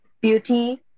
beauty